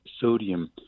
sodium